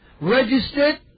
registered